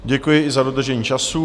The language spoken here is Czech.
Děkuji i za dodržení času.